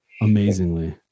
Amazingly